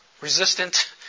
resistant